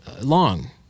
long